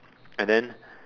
and then